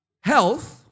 health